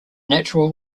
natural